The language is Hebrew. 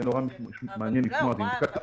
זה מעניין מאוד לשמוע.